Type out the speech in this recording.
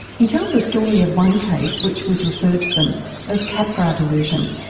he tells the story of one case which was referred to them of capgras delusion,